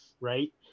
right